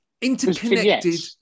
interconnected